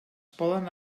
poden